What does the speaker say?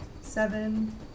Seven